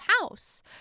house